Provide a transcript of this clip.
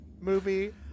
movie